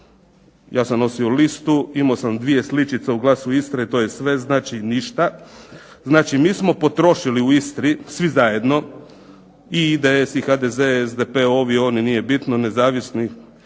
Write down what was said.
ja sam nosio listu imao sam dvije sličice u Glasu Istre i to je sve, znači ništa. MI smo potrošili u Istri svi zajedno i IDS, HZD, SDP ovi oni, nezavisni,